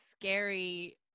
scary